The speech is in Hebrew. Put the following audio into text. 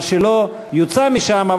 מה שלא, יוצא משם.